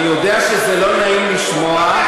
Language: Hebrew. אני יודע שזה לא נעים לשמוע,